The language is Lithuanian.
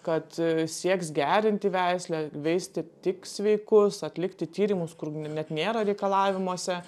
kad sieks gerinti veislę veisti tik sveikus atlikti tyrimus kur nu net nėra reikalavimuose